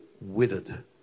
withered